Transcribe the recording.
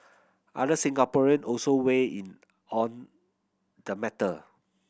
other Singaporean also weigh in on the matter